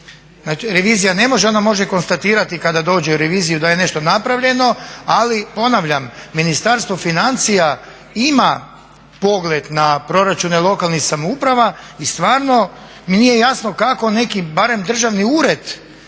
biti. Revizija ne može, ona može konstatirati kad dođe u reviziju da je nešto napravljeno ali ponavljam Ministarstvo financija ima pogled na proračune lokalnih samouprava i stvarno mi nije jasno kako neki barem državni ured,